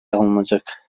alınacak